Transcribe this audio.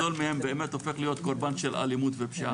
חלק גדול מהם באמת הופך להיות קורבן של אלימות ופשיעה לצערנו.